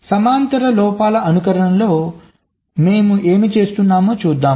సమాంతర లోపాల అనుకరణలో మేము ఏమి చేస్తున్నాము చూద్దాం